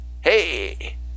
hey